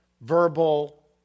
verbal